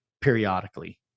periodically